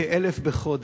כ-1,000 בחודש,